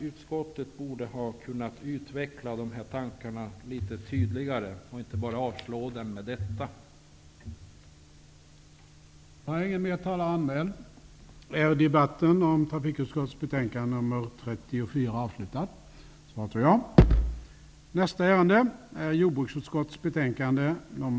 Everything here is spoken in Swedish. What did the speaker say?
Utskottet borde ha kunnat utveckla de här tankarna litet bättre och inte bara avstyrka motionen så som man gör.